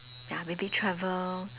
ya maybe travel